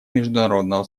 международного